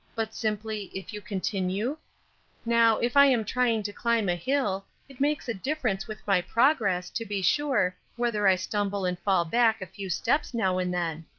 but simply, if you continue now, if i am trying to climb a hill, it makes a difference with my progress, to be sure, whether i stumble and fall back a few steps now and then.